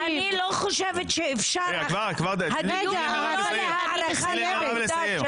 אני לא חושבת שאפשר --- תני למירב לסיים.